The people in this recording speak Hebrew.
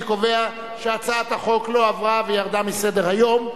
אני קובע שהצעת החוק לא עברה וירדה מסדר-היום.